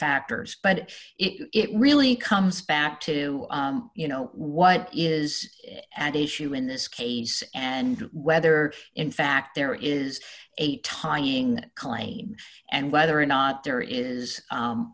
factors but it really comes back to you know what is at issue in this case and whether in fact there is a tying claim and whether or not there is